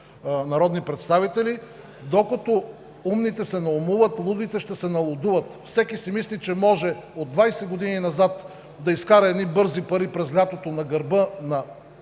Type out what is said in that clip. народни представители, докато умните се наумуват, лудите ще се налудуват. Всеки си мисли, че може от 20 години назад да изкара едни бързи пари през лятото на гърба на